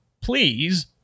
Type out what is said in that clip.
please